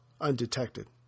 undetected